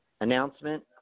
announcement